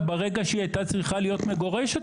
ברגע שהיא הייתה צריכה להיות מגורשת מכאן.